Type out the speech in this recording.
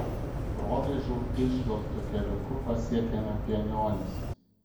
provėžų išduobtu keliuku pasiekėme pienionis